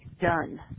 done